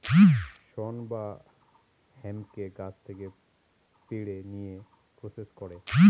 শন বা হেম্পকে গাছ থেকে পেড়ে নিয়ে প্রসেস করে